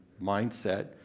mindset